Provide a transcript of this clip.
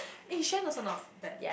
eh Xuan also not bad